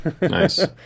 nice